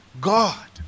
god